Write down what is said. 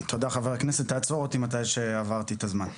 תודה, חבר הכנסת, תעצור אותי כשאני עובר את הזמן.